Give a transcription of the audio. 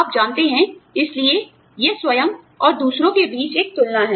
आप जानते हैं इसलिए यह स्वयं और दूसरे के बीच एक तुलना है